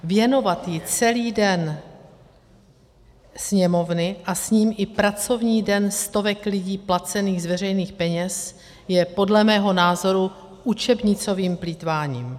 Věnovat jí celý den Sněmovny a s ním i pracovní den stovek lidí placených z veřejných peněz je podle mého názoru učebnicovým plýtváním.